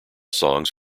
songs